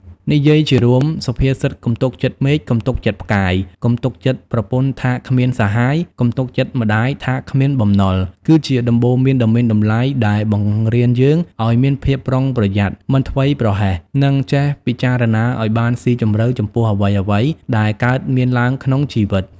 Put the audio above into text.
និយាយជារួម សុភាសិត "កុំទុកចិត្តមេឃកុំទុកចិត្តផ្កាយ កុំទុកចិត្តប្រពន្ធថាគ្មានសាហាយ កុំទុកចិត្តម្ដាយថាគ្មានបំណុល" គឺជាដំបូន្មានដ៏មានតម្លៃដែលបង្រៀនយើងឱ្យមានភាពប្រុងប្រយ័ត្ន មិនធ្វេសប្រហែស និងចេះពិចារណាឱ្យបានស៊ីជម្រៅចំពោះអ្វីៗដែលកើតមានឡើងក្នុងជីវិត។